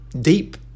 deep